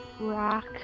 rock